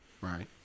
Right